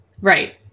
right